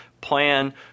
plan